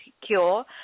secure